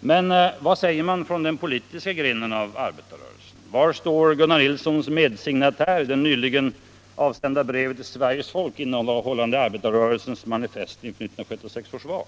Men vad säger man från den politiska grenen av arbetarrörelsen? Var står Gunnar Nilssons ”medsignatär” i det nyligen avsända brevet till Sveriges folk. innehållande arbetarrörelsens manifest inför 1976 års val?